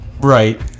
Right